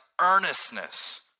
earnestness